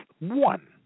one